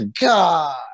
God